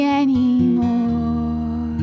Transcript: anymore